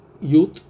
youth